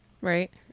Right